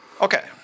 Okay